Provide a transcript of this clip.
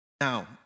now